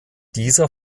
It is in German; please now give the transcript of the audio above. dieser